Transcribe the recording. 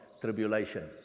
tribulation